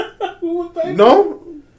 No